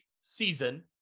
season